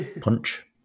Punch